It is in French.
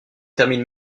termine